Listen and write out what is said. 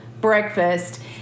breakfast